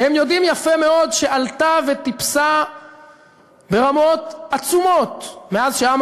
שהם יודעים יפה מאוד שעלתה וטיפסה ברמות עצומות מאז חזר העם